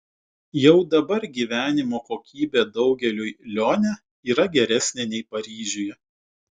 jau dabar gyvenimo kokybė daugeliui lione yra geresnė nei paryžiuje